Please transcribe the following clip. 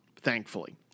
thankfully